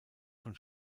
von